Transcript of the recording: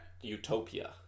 utopia